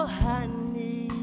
honey